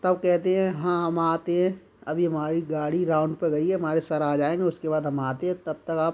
तब कहते हैं हाँ हम आते हैं अभी हमारी गाड़ी राउंड पे गई है हमारे सर आ जाएंगे उसके बाद हम आते है तब तक आप